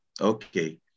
Okay